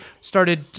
started